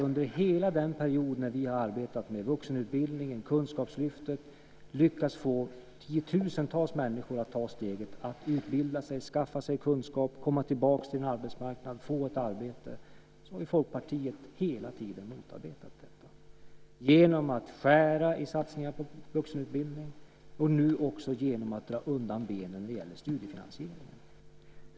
Under hela den period när vi har arbetat med vuxenutbildningen och kunskapslyftet och lyckats få tiotusentals människor att ta steget att utbilda sig, skaffa sig kunskap, komma tillbaks till en arbetsmarknad och få ett arbete har Folkpartiet motarbetat detta genom att skära i satsningar på vuxenutbildning. Nu gör man det också genom att dra undan benen när det gäller studiefinansiering.